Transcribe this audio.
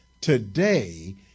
today